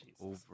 over